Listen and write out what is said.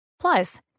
Plus